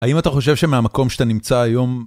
האם אתה חושב שמהמקום שאתה נמצא היום...